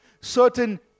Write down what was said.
Certain